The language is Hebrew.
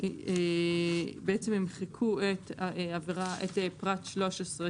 בעצם ימחקו את פרט 13,